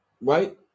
right